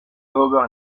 d’ober